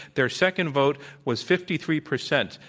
their second vote was fifty three percent.